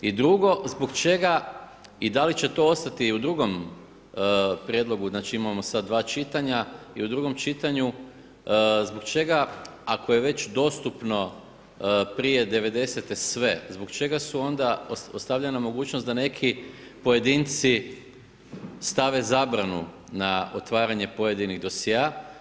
I drugo, zbog čega i da li će to ostati i u drugom prijedlogu, znači imamo sad 2 čitanja, i u drugom čitanju, zbog čega ako je već dostupno prije '90. sve, zbog čega su onda, ostavljena je mogućnost da neki pojedinci stave zabranu na otvaranje pojedinih dosjea.